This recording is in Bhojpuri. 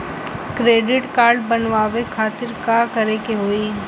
क्रेडिट कार्ड बनवावे खातिर का करे के होई?